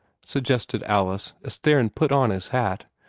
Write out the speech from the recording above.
suggested alice, as theron put on his hat.